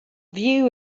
view